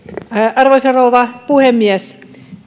arvoisa rouva puhemies